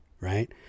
right